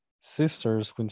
sisters